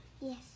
Yes